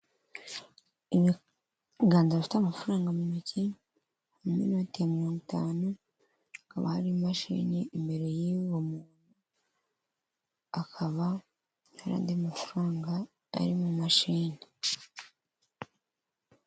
Ibiganza bifite amafaranga mu ntoki n'inote ya 50, hari imashini imbere y'uwo muntu akaba hari andi mafaranga ari mu mashini.